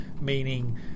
meaning